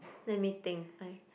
let me think I